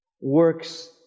works